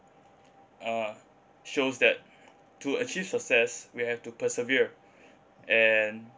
uh shows that to achieve success we have to persevere and